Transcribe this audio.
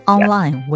Online